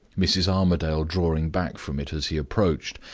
mrs. armadale drawing back from it as he approached,